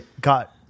got